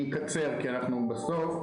אני אקצר בדבריי כי אנחנו בסוף.